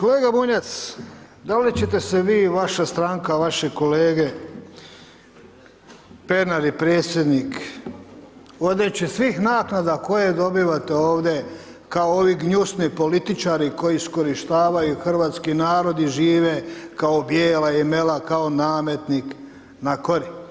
Kolega Bunjac, da li će te se vi i vaša stranka, vaše kolege, Pernar i predsjednik, odreći svih naknada koje dobivate ovdje kao ovi gnjusni političari koji iskorištavaju hrvatski narod i žive kao bijela imela, kao nametnik na kori.